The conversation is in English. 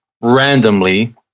randomly